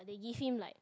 they give him like